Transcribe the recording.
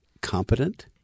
competent